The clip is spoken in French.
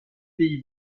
pays